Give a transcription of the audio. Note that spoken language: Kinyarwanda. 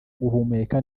guhumeka